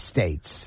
States